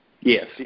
Yes